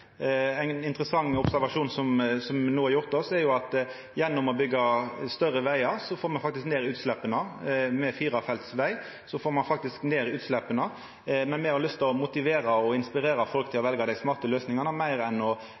Ein interessant observasjon som no er gjord, er at gjennom å byggja breiare vegar får me ned utsleppa – med firefelts veg får ein faktisk ned utsleppa. Men me har lyst til å motivera og inspirera folk til å velja dei smarte løysingane meir enn å